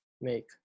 make